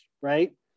right